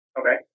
Okay